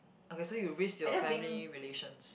okay so you risk your family relations